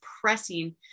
pressing